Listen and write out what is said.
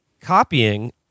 copying